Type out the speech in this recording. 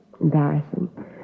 Embarrassing